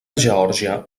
geòrgia